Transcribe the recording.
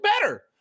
better